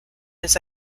his